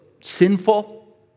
sinful